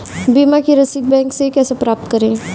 बीमा की रसीद बैंक से कैसे प्राप्त करें?